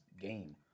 game